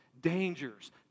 dangers